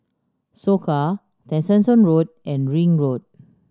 Soka Tessensohn Road and Ring Road